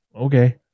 okay